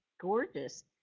gorgeous